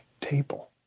table